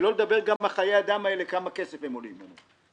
שלא לדבר גם בחיי אדם האלה כמה כסף הם עולים לנו,